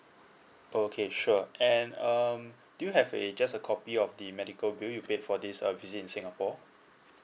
okay sure and um do you have a just a copy of the medical bill you paid for this uh visit in singapore